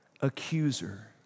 accuser